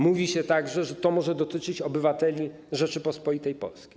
Mówi się także, że to może dotyczyć obywateli Rzeczypospolitej Polskiej.